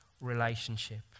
relationship